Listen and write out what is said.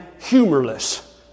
humorless